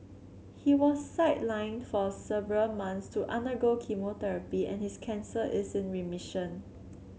he was sidelined for several months to undergo chemotherapy and his cancer is in remission